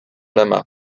lama